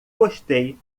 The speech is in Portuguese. gostei